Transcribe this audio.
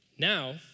Now